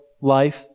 life